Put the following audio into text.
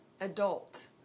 adult